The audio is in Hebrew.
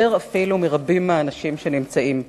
אפילו יותר מרבים מהאנשים שנמצאים פה.